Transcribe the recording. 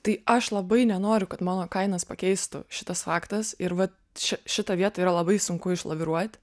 tai aš labai nenoriu kad mano kainas pakeistų šitas faktas ir vat ši šitą vietą yra labai sunku išlaviruot